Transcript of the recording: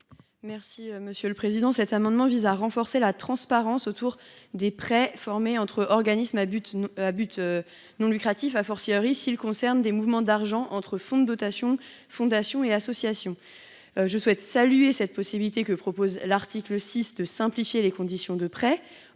Mme Mathilde Ollivier. Cet amendement vise à renforcer la transparence autour des prêts consentis entre organismes sans but lucratif, s’ils concernent des mouvements d’argent entre fonds de dotation, fondations et associations. Je souhaite saluer cette possibilité offerte à l’article 6 de simplifier les conditions de prêt.